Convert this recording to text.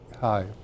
Hi